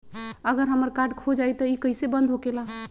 अगर हमर कार्ड खो जाई त इ कईसे बंद होकेला?